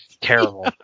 terrible